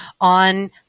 on